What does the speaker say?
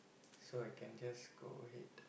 so I can just go ahead